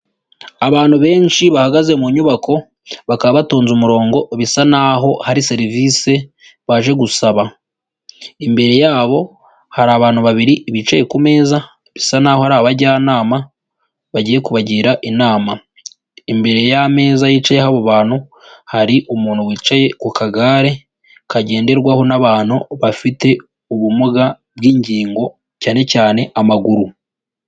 Abantu benshi bahagaze mu nyubako bakaba batonze umurongo bisa naho hari serivisi baje gusaba, imbere yabo hari abantu babiri bicaye ku meza bisa naho ari abajyanama bagiye kubagira inama, imbere y'ameza yicayeho abo bantu hari umuntu wicaye ku kagare kagenderwaho n'abantu bafite ubumuga bw'ingingo cyane cyane amaguru.